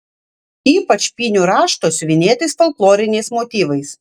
ypač pynių rašto siuvinėtais folkloriniais motyvais